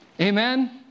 Amen